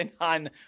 on